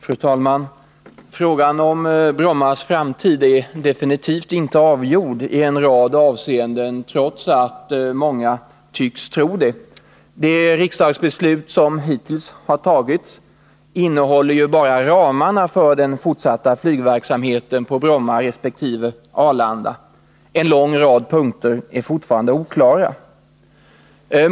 Fru talman! Frågan om Brommas framtid är i en rad avseenden definitivt inte avgjord, trots att många tycks tro det. Det riksdagsbeslut som fattats innehåller bara ramarna för den fortsatta flygverksamheten på Bromma och Arlanda. En lång rad punkter är fortfarande oklara.